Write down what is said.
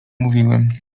mówiły